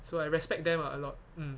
so I respect them ah a lot mm